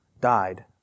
died